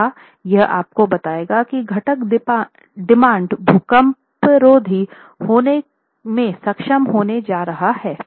तथा यह आपको बताएगा कि घटक डिमांड भूकंपरोधी होने में सक्षम होने जा रहा है